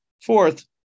Fourth